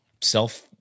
self